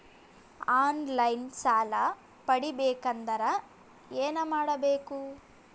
On line ಸಾಲ ಪಡಿಬೇಕಂದರ ಏನಮಾಡಬೇಕು?